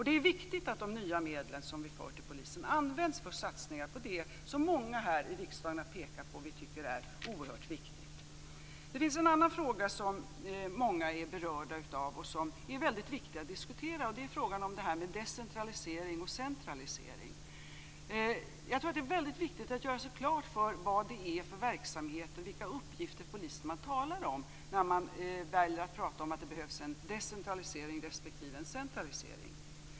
Det är viktigt att de nya medel vi tillför polisen används till satsningar på det som många här i riksdagen har pekat på är oerhört viktigt. En annan fråga som berör många och som är viktig att diskutera är den om decentralisering och centralisering. Det är viktigt att göra klart för sig vilka verksamheter och uppgifter inom polisen man menar när man talar om att det behövs en decentralisering eller en centralisering.